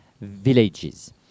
villages